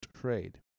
trade